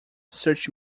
search